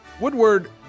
Woodward